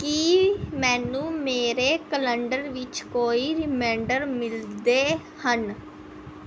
ਕੀ ਮੈਨੂੰ ਮੇਰੇ ਕਲੰਡਰ ਵਿੱਚ ਕੋਈ ਰੀਮੈਂਡਰ ਮਿਲਦੇ ਹਨ